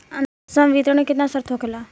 संवितरण के केतना शर्त होखेला?